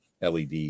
LED